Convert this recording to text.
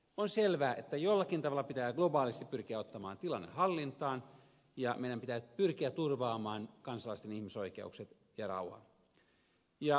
on selvää että jollakin tavalla pitää globaalisti pyrkiä ottamaan tilanne hallintaan ja meidän pitää pyrkiä turvaamaan kansalaisten ihmisoi keudet ja rauha